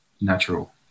natural